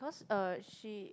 cause uh she